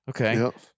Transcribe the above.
Okay